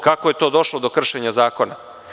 Kako je to došlo do kršenja zakona?